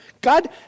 God